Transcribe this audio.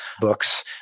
books